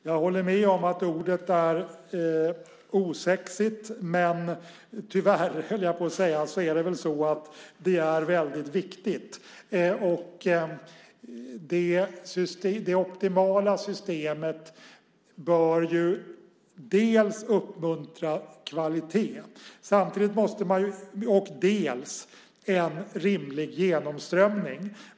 Jag håller med om att ordet är osexigt, men tyvärr, höll jag på att säga, är det väldigt viktigt. Det optimala systemet bör uppmuntra dels kvalitet, dels en rimlig genomströmning.